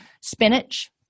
Spinach